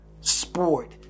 sport